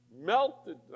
melted